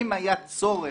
אם היה צורך